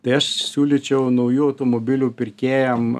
tai aš siūlyčiau naujų automobilių pirkėjam